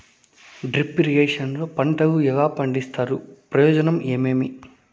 Drip irrigation లో పంటలు ఎలా పండిస్తారు ప్రయోజనం ఏమేమి?